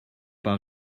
pas